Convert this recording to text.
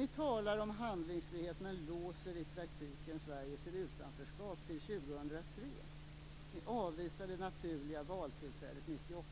Ni talar om handlingsfrihet men låser i praktiken Sverige till utanförskap fram till 2003. Ni avvisar det naturliga valtillfället 1998.